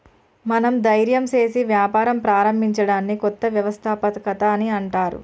మనం ధైర్యం సేసి వ్యాపారం ప్రారంభించడాన్ని కొత్త వ్యవస్థాపకత అని అంటర్